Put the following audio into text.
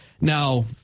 Now